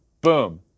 boom